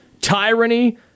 tyranny